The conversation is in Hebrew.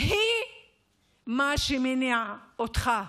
הם מה שמניע אותך,